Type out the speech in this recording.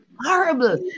horrible